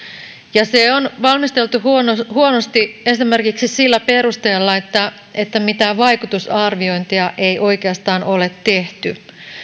se on valmisteltu huonosti huonosti esimerkiksi sillä perusteella että että mitään vaikutusarviointeja ei oikeastaan ole tehty